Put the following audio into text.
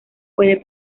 puede